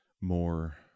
more